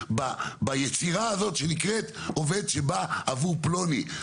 ביצירה הזאת שנקראת עובד שבא עבור פלוני.